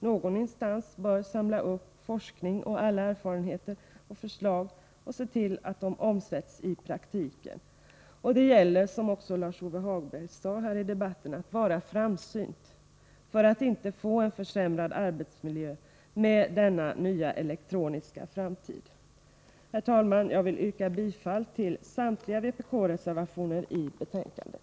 Någon instans bör samla upp forskning och alla erfarenheter och förslag och se till att de omsätts i praktiken. Det gäller, som också Lars-Ove Hagberg sade här i debatten i dag, att vara framsynt så att man inte får en försämrad arbetsmiljö med denna nya elektronik. Herr talman! Jag yrkar bifall till samtliga vpk-reservationer i betänkandet.